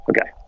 Okay